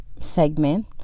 segment